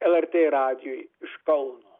lrt radijui iš kauno